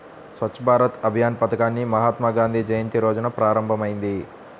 స్వచ్ఛ్ భారత్ అభియాన్ పథకాన్ని మహాత్మాగాంధీ జయంతి రోజున ప్రారంభమైంది